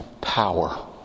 power